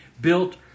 built